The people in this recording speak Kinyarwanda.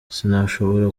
sinashobora